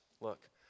look